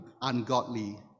ungodly